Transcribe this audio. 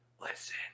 listen